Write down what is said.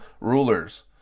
rulers